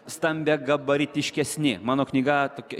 stambiagabaritiškesni mano knyga tik